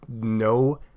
No